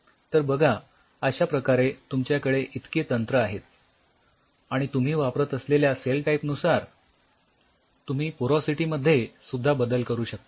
तर बघा अश्या प्रकारे तुमच्याकडे इतके तंत्र आहेत आणि तुम्ही वापरत असलेल्या सेल टाईप नुसार तुम्ही पोरॉसिटीमध्ये सुद्धा बदल करू शकता